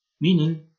Meaning